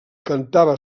cantava